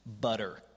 butter